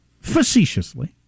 facetiously